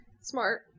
Smart